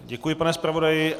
Děkuji, pane zpravodaji.